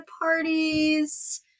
parties